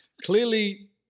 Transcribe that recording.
clearly